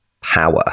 power